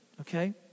okay